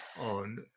on